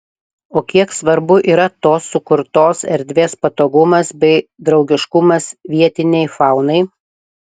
o kiek svarbu yra tos sukurtos erdvės patogumas bei draugiškumas vietinei faunai